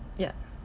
yes